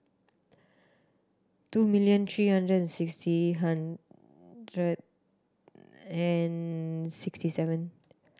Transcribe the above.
two million three hundred and sixty hundred and sixty seven